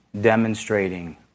demonstrating